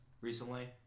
recently